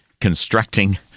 constructing